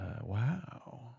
Wow